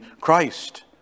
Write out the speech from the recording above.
Christ